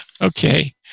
okay